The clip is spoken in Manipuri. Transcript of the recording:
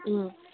ꯎꯝ